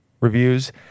reviews